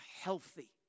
healthy